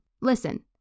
Listen